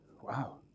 wow